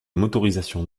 motorisations